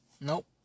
Nope